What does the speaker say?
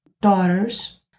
daughters